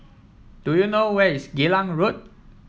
do you know where is Geylang Road